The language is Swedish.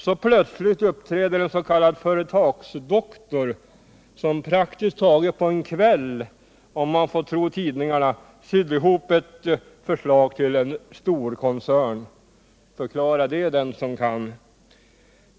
Så plötsligt uppträder en s.k. företagsdoktor, som — om man får tro tidningarna — praktiskt taget på en kväll sydde ihop ett förslag till en storkoncern. Förklara det, den'som kan!